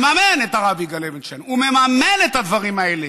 מממן את הרב יגאל לוינשטיין ומממן את הדברים האלה.